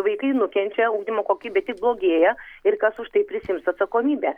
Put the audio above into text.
vaikai nukenčia ugdymo kokybė tik blogėja ir kas už tai prisiims atsakomybę